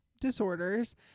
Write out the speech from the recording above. disorders